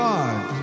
God